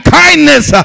kindness